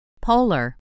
Polar